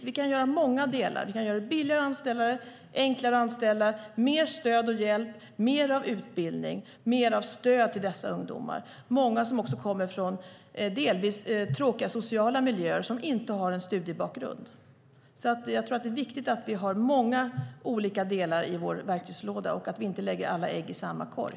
Vi kan göra många delar. Vi kan göra det billigare att anställa och enklare att anställa. Vi kan ge mer stöd och hjälp och mer av utbildning till dessa ungdomar. Många kommer från delvis tråkiga sociala miljöer som inte har någon studiebakgrund. Jag tror att det är viktigt att vi har många olika delar i vår verktygslåda och att vi inte lägger alla ägg i samma korg.